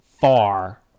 far